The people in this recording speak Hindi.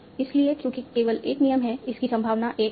इसलिए क्योंकि केवल एक नियम है इसकी संभावना 1 है